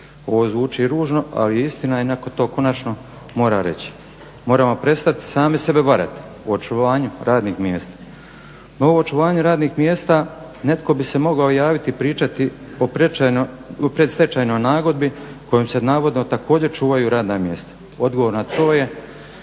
Ovo zvuči ružno ali istina je i netko to konačno mora reći. Moramo prestati sami sebe varati o očuvanju radnih mjesta. Na ovo očuvanje radnih mjesta netko bi se mogao javiti i pričati o predstečajnoj nagodbi kojom se navodno također čuvaju radna mjesta. Odgovor na to je,